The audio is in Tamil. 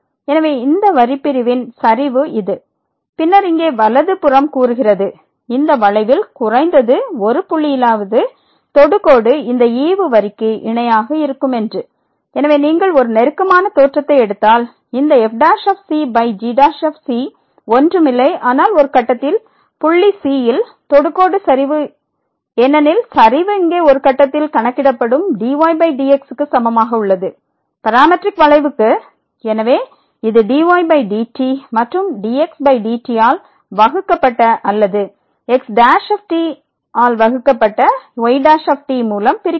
எனவே இந்த வரி பிரிவின் சரிவு இது பின்னர் இங்கே வலது புறம் கூறுகிறது இந்த வளைவில் குறைந்தது ஒரு புள்ளியிலாது தொடுகோடு இந்த ஈவு வரிக்கு இணையாக இருக்கும் என்று எனவே நீங்கள் ஒரு நெருக்கமான தோற்றத்தை எடுத்தால் இந்த f g c ஒன்றுமில்லை ஆனால் ஒரு கட்டத்தில் புள்ளி c யில் தொடுகோடு சரிவு ஏனெனில் சரிவு இங்கே ஒரு கட்டத்தில் கணக்கிடப்படும் dydx க்கு சமமாக உள்ளது பாராமெட்ரிக் வளைவுக்கு எனவே இது dydt மற்றும் dxdt ஆல் வகுக்கப்பட்ட அல்லது x ஆல் வகுக்கப்பட்ட y மூலம் பிரிக்கப்படும்